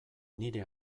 nire